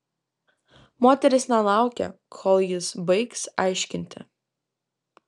moteris nelaukė kol jis baigs aiškinti